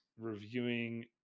reviewing